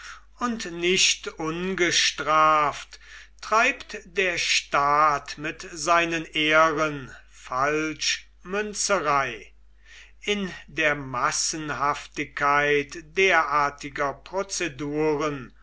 und nicht ungestraft treibt der staat mit seinen ehren falschmünzerei in der massenhaftigkeit derartiger prozeduren